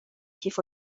کیف